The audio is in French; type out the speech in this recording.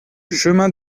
chemin